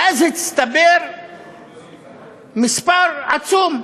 ואז הצטבר מספר עצום,